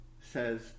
says